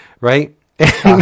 right